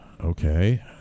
okay